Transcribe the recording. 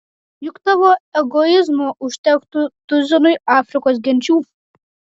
juk tavo egoizmo užtektų tuzinui afrikos genčių